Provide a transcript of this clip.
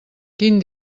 quin